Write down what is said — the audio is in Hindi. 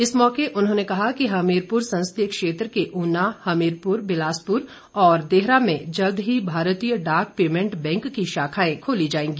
इस मौके उन्होंने कहा कि हमीरपुर संसदीय क्षेत्र के ऊना हमीरपुर बिलासपुर और देहरा में जल्द ही भारतीय डाक पेमेंट बैंक की शाखायें खोली जायेंगी